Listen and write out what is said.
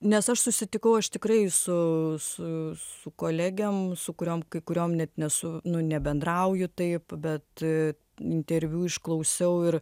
nes aš susitikau aš tikrai su su su kolegėm su kuriom kai kuriom net nesu nu nebendrauju taip bet interviu išklausiau ir